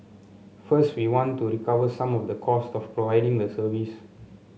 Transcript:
first we want to recover some of the cost of providing the service